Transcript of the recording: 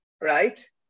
right